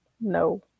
no